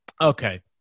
Okay